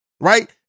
right